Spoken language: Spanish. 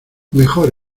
mejor